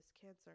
cancer